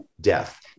death